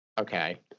okay